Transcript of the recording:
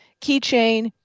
keychain